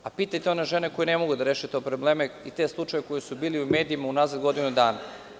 Pitajte one žene koje ne mogu da reše te probleme i te slučajeve koji su bili u medijima unazad godinu dana.